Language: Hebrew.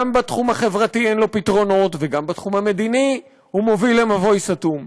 גם בתחום החברתי אין לו פתרונות וגם בתחום המדיני הוא מוביל למבוי סתום.